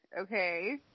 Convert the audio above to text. okay